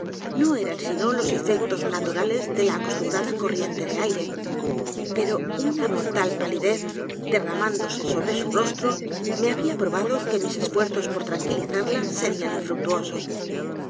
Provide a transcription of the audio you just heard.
no eran sino los efectos naturales de la acostumbrada corriente de aire p e r o una mortal palidez derramándose sobre su rostro me h a bía probado que mis esfuerzos por tranquilizarla serían infructuosos